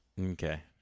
Okay